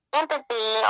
empathy